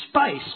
space